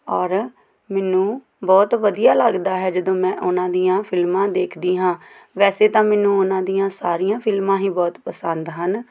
ਔਰ ਮੈਨੂੰ ਬਹੁਤ ਵਧੀਆ ਲੱਗਦਾ ਹੈ ਜਦੋਂ ਮੈਂ ਉਹਨਾਂ ਦੀਆਂ ਫਿਲਮਾਂ ਦੇਖਦੀ ਹਾਂ ਵੈਸੇ ਤਾਂ ਮੈਨੂੰ ਉਹਨਾਂ ਦੀਆਂ ਸਾਰੀਆਂ ਫਿਲਮਾਂ ਹੀ ਬਹੁਤ ਪਸੰਦ ਹਨ